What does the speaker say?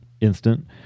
instant